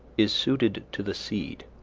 is suited to the seed,